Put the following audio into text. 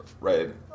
right